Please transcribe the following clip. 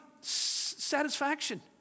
satisfaction